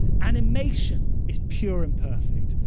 animation is pure and perfect.